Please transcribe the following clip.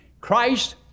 Christ